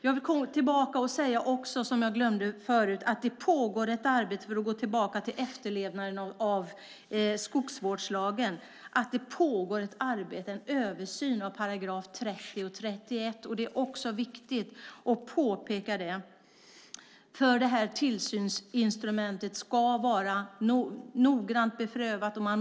Jag vill också säga, för att gå tillbaka till efterlevnaden av skogsvårdslagen, som jag glömde förut, att det pågår ett arbete med att se över paragraferna 30 och 31. Det är viktigt att tillsynsinstrumentet är noggrant beprövat.